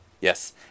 yes